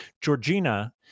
Georgina